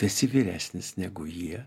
tu esi vyresnis negu jie